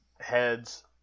heads